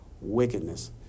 wickedness